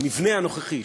במבנה הנוכחי,